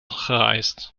geëist